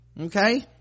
Okay